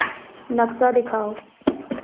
नक्शा दिखाओ